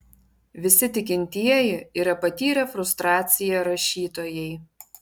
visi tikintieji yra patyrę frustraciją rašytojai